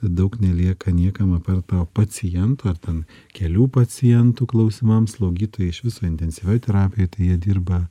daug nelieka niekam apie tą pacientą ar ten kelių pacientų klausimams slaugytojai iš viso intensyvioj terapijoj tai jie dirba